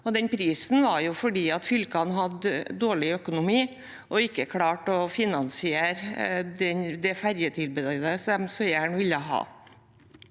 Prisen var slik fordi fylkene hadde dårlig økonomi og ikke klarte å finansiere det ferjetilbudet som de så gjerne ville ha.